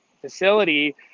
facility